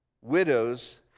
widows